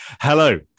Hello